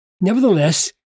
nevertheless